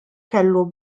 kellu